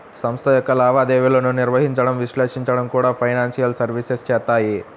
సంస్థ యొక్క లావాదేవీలను నిర్వహించడం, విశ్లేషించడం కూడా ఫైనాన్షియల్ సర్వీసెస్ చేత్తాయి